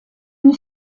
une